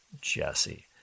Jesse